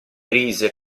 rise